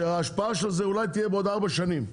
שההשפעה של זה אולי תהיה בעוד ארבע שנים.